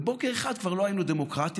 בוקר אחד כבר לא היינו דמוקרטיה,